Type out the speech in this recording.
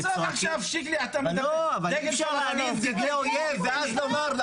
אי אפשר להניף דגלי אויב ואז לומר.